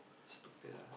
stupid ah